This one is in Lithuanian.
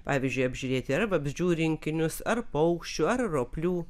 pavyzdžiui apžiūrėti ar vabzdžių rinkinius ar paukščių ar roplių